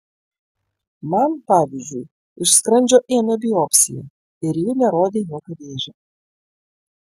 man pavyzdžiui iš skrandžio ėmė biopsiją ir ji nerodė jokio vėžio